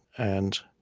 and